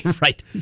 Right